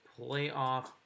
playoff